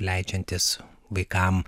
leidžiantys vaikam